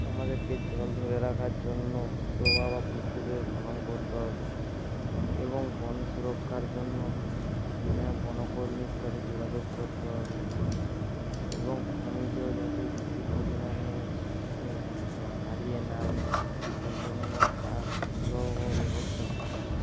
আমাদেরকে জল ধরে রাখার জন্য ডোবা বা পুকুরের খনন করতে হবে এবং বন সুরক্ষার জন্য এখানে বনকর্মীর সাথে যোগাযোগ করতে হবে এবং খনিজ যাতে বেশি পরিমাণে হারিয়ে না যায় সেই জন্য তার সুলভ ব্যবস্থা করতে হবে